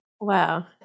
Wow